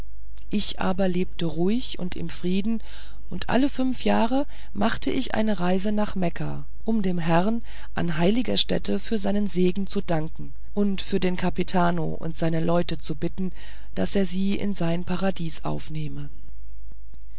ich aber lebte ruhig und im frieden und alle fünf jahre machte ich eine reise nach mekka um dem herrn an heiliger stätte für seinen segen zu danken und für den kapitano und seine leute zu bitten daß er sie in sein paradies aufnehme